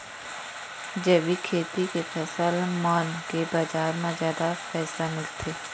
जैविक खेती के फसल मन के बाजार म जादा पैसा मिलथे